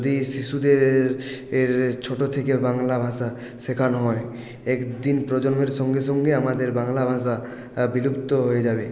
যদি শিশুদের এর ছোটো থেকে বাংলা ভাষা শেখানো হয় একদিন প্রজন্মের সঙ্গে সঙ্গে আমাদের বাংলা ভাষা বিলুপ্ত হয়ে যাবে